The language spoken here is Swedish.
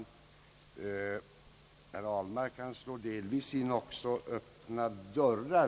Herr talman! Herr Ahlmark slår delvis in öppna dörrar.